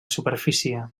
superfície